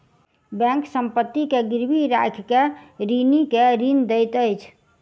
bank संपत्ति के गिरवी राइख के ऋणी के ऋण दैत अछि